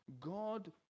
God